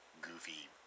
goofy